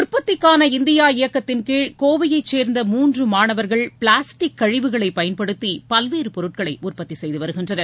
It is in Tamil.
உற்பத்திக்கான இந்தியா இயக்கத்தின் கீழ் கோவையை சேர்ந்த மூன்று மாணவர்கள் பிளாஸ்டிக் கழிவுகளை பயன்படுத்தி பல்வேறு பொருட்களை உற்பத்தி செய்து வருகின்றனர்